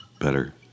better